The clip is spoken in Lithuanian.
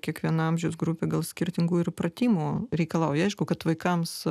kiekviena amžiaus grupė gal skirtingų ir pratimų reikalauja aišku kad vaikams